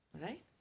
right